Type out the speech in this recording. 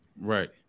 Right